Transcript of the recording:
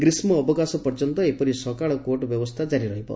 ଗ୍ରୀଷ୍ମ ଅବକାଶ ପର୍ଯ୍ୟନ୍ତ ଏପରି ସକାଳ କୋର୍ଟ ବ୍ୟବସ୍ରା ଜାରି ରହିବ